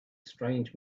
strange